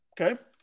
Okay